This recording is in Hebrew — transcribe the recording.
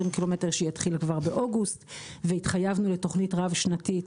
קילומטר שיתחיל כבר באוגוסט והתחייבנו לתוכנית רב-שנתית,